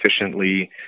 efficiently